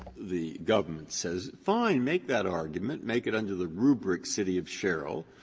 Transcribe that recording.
the government says, fine, make that argument. make it under the rubric city of sherrill.